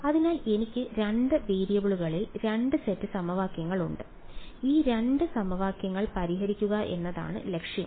അതിനാൽ എനിക്ക് 2 വേരിയബിളുകളിൽ 2 സെറ്റ് സമവാക്യങ്ങളുണ്ട് ഈ 2 സമവാക്യങ്ങൾ പരിഹരിക്കുക എന്നതാണ് ലക്ഷ്യം